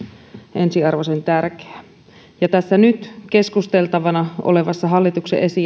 ensiarvoisen tärkeää tässä nyt keskusteltavana olevassa hallituksen